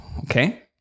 Okay